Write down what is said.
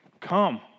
Come